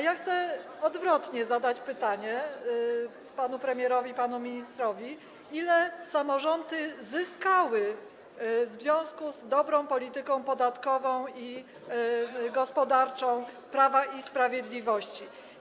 Ja chcę odwrotnie zadać pytanie panu premierowi, panu ministrowi: Ile samorządy zyskały w związku z dobrą polityką podatkową i gospodarczą Prawa i Sprawiedliwości?